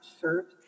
shirt